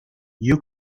you